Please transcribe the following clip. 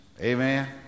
amen